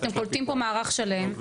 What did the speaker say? אתם קולטים פה מערך שלם,